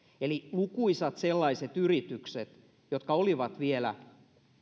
eli lukuisat sellaiset yritykset jotka olivat vielä